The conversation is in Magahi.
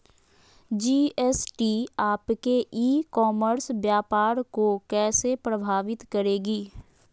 जी.एस.टी आपके ई कॉमर्स व्यापार को कैसे प्रभावित करेगी?